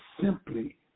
simply